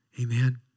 Amen